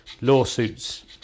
lawsuits